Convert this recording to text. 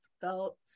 felt